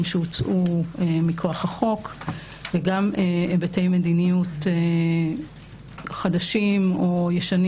שהוצאו מכוח החוק וגם היבטי מדיניות חדשים או ישנים